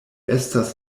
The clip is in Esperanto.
estas